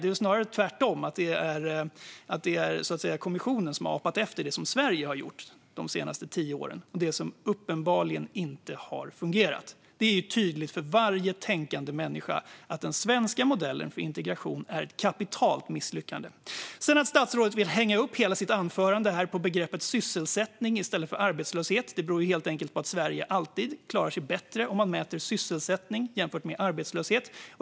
Det är snarare tvärtom - det är kommissionen som har apat efter det Sverige har gjort de senaste tio åren och som uppenbarligen inte har fungerat. Det är tydligt för varje tänkande människa att den svenska modellen för integration är ett kapitalt misslyckande. Att statsrådet vill hänga upp hela sitt resonemang här på begreppet sysselsättning i stället för arbetslöshet beror helt enkelt på att Sverige alltid klarar sig bättre om man mäter sysselsättning än om man mäter arbetslöshet.